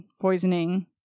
poisoning